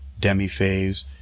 demi-phase